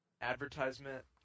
advertisement